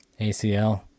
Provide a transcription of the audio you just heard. acl